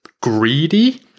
greedy